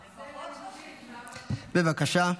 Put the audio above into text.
בבקשה.